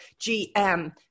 GM